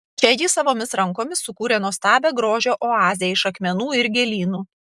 čia ji savomis rankomis sukūrė nuostabią grožio oazę iš akmenų ir gėlynų